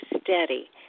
steady